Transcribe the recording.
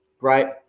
right